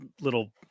little